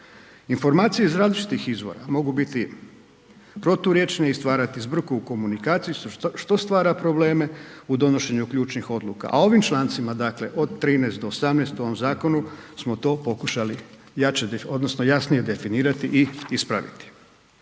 Informacije iz različitih izvora mogu biti proturječne i stvarati zbrku u komunikaciji što stvara probleme u donošenju ključnih odluka, a ovim člancima dakle od 13. od 18. u ovom zakonu smo to pokušali jače odnosno jasnije definirati i ispraviti.